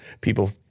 People